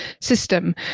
system